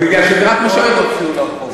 לא הם הוציאו לרחובות.